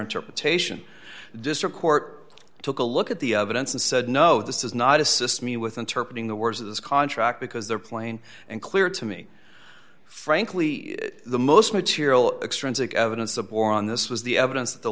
interpretation district court took a look at the evidence and said no this is not assist me with interpret in the words of the contract because they are plain and clear to me frankly the most material extrinsic evidence of boron this was the evidence that the